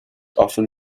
often